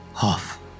half